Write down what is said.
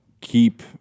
keep